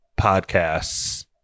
podcasts